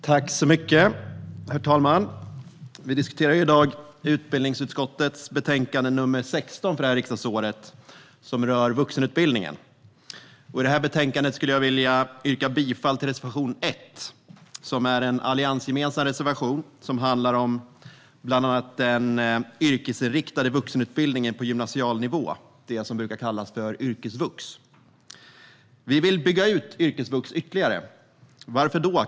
Herr talman! Vi diskuterar i dag utbildningsutskottets betänkande nr 16 för det här riksdagsåret som rör vuxenutbildningen. Jag vill yrka bifall till reservation 1. Det är en alliansgemensam reservation som handlar om bland annat den yrkesinriktade vuxenutbildningen på gymnasial nivå, det som brukar kallas för yrkesvux. Vi vill bygga ut yrkesvux ytterligare. Varför då?